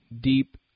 deep